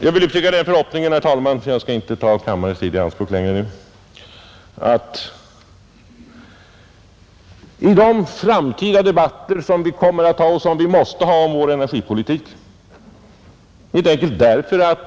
Jag skall, herr talman, nu inte längre ta kammarens tid i anspråk, Låt mig bara säga några ord om de framtida debatter som vi kommer att ha och som vi måste ha om vår energipolitik.